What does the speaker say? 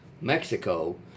Mexico